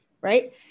right